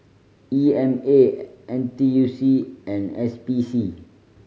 E M A N T U C and S P C